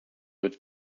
would